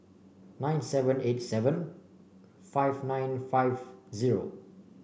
nine seven eight seven five nine five zero